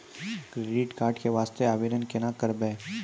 Credit card के वास्ते आवेदन केना करबै?